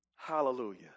Hallelujah